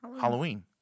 Halloween